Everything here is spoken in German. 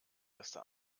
erste